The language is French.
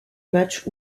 match